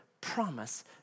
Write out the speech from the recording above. promise